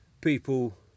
people